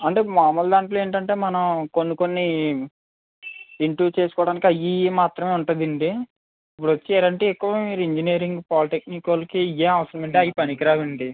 అంటే మామూలు దాంట్లో ఏంటంటే మన కొన్ని కొన్ని ఇంటూస్ చేసుకోవడానికి అవి ఇవి మాత్రమే ఉంటుందండి ఇప్పుడు వచ్చారంటే ఎక్కువ మీరు ఇంజనీరింగ్ పాలిటెక్నిక్ వాళ్ళకి ఇవే అవసరముంటాయి అవి పనికిరావండి